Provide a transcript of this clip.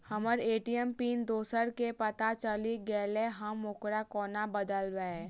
हम्मर ATM pin दोसर केँ पत्ता चलि गेलै, हम ओकरा कोना बदलबै?